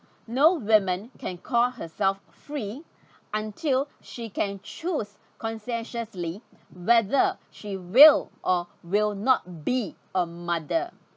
no women can call herself free until she can choose conscientiously whether she will or will not be a mother